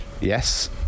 Yes